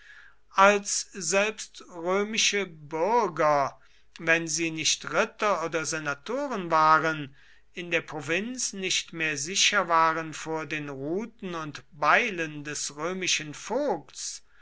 als selbst römische bürger wenn sie nicht ritter oder senatoren waren in der provinz nicht mehr sicher waren vor den ruten und beilen des römischen vogts